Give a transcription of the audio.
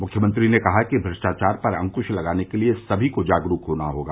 मुख्यमंत्री ने कहा कि भ्रष्टाचार पर अंक्श लगाने के लिए समी को जागरूक होना होगा